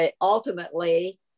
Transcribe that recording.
ultimately